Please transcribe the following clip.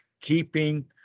keeping